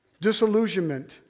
disillusionment